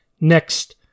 Next